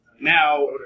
Now